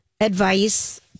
advice